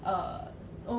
!wow!